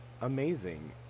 amazing